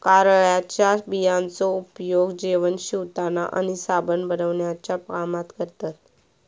कारळ्याच्या बियांचो उपयोग जेवण शिवताना आणि साबण बनवण्याच्या कामात करतत